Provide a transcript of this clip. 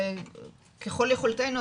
ככל יכולתנו.